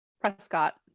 Prescott